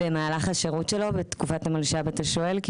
במהלך השירות שלו או בתקופת המלש"ב אתה שואל?